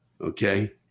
Okay